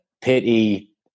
pity